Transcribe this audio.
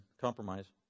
compromise